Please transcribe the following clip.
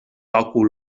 òcul